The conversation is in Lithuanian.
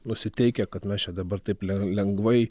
nusiteikę kad mes čia dabar taip len lengvai